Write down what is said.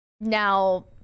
now